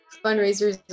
fundraisers